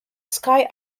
sky